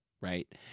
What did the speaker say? Right